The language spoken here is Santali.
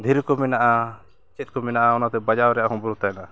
ᱫᱷᱤᱨᱤ ᱠᱚ ᱢᱮᱱᱟᱜᱼᱟ ᱪᱮᱫ ᱠᱚ ᱢᱮᱱᱟᱜᱼᱟ ᱚᱱᱟᱛᱮ ᱵᱟᱡᱟᱣ ᱨᱮᱭᱟᱜ ᱦᱚᱸ ᱵᱚᱨᱚ ᱛᱟᱦᱮᱱᱟ